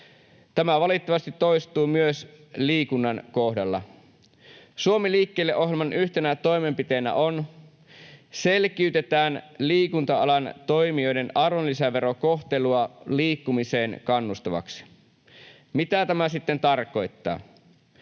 Tämä valitettavasti toistuu myös liikunnan kohdalla. Suomi liikkeelle ‑ohjelman yhtenä toimenpiteenä on: ”Selkiytetään liikunta-alan toimijoiden arvonlisäverokohtelua liikkumiseen kannustavaksi.” Mitä tämä sitten tarkoittaa?